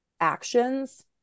actions